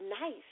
nice